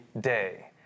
day